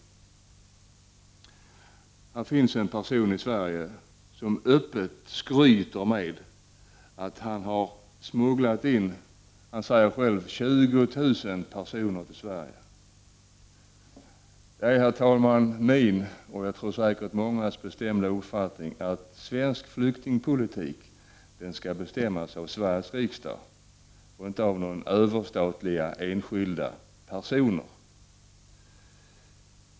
Det finns en person i Sverige som öppet skryter med att han har smugglat in, enligt vad han själv säger, 20 000 personer till Sverige. Det är, herr talman, min och säkert mångas bestämda uppfattning att svensk flyktingpolitik skall bestämmas av Sveriges riksdag och inte av några ”överstatliga” enskilda personer.